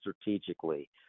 strategically